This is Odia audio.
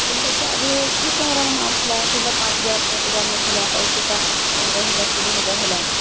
ଆର୍ ଯେନ୍ଟା କି ଆଘ ଛୋଟ୍ କ୍ୟାମେରା ମାନେ ଆଉଥିଲା ଯେନ୍ତା ପାଞ୍ଚ୍ ହଜାର୍ ଦଶ୍ ହଜାର୍ ନଉଥିଲା ଏବେ ସେଟା ପନ୍ଦର ହଜାର୍ କୁଡ଼ିଏ ହଜାର୍ ହେଲା ନ